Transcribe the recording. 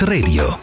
Radio